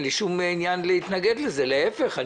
אין לי שום עניין להתנגד לזה, להיפך.